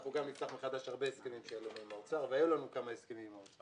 אנחנו גם נפתח מחדש הרבה הסכמים עם האוצר והיו לנו כמה הסכמים אתו.